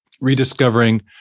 rediscovering